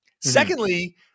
Secondly